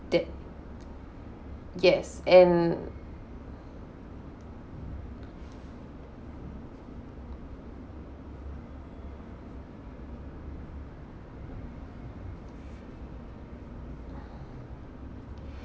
that yes and